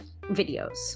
videos